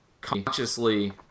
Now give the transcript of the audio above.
consciously